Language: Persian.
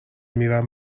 میرم